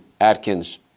Atkins